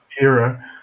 era